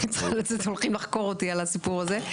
הולכים לחקור אותי על הסיפור הזה.